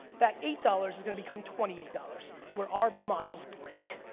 that eight dollars is gonna become twenty eight dollars, where our models break.